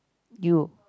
you